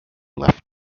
left